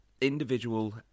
individual